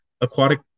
aquatic